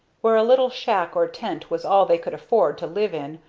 where a little shack or tent was all they could afford to live in,